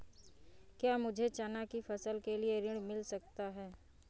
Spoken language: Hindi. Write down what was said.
क्या मुझे चना की फसल के लिए ऋण मिल सकता है?